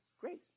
great